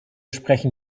sprechen